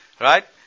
right